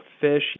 fish